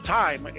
time